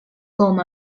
com